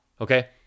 okay